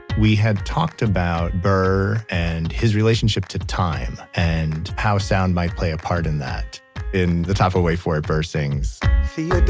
we had talked about burr and his relationship to time and how sound might play a part in that in the top of wait for it, burr sings the